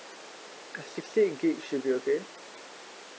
uh sixty gigabyte should be okay